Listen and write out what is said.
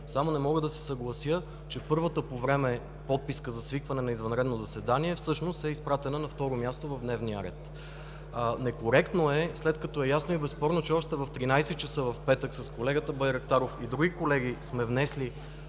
само не мога да се съглася, че първата по време подписка за свикване на извънредно заседание всъщност е изпратена на второ място в дневния ред. Некоректно е, след като е ясно и безспорно, че още в 13,00 ч. в петък с колегата Байрактаров и други над 50 колеги сме внесли